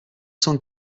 cent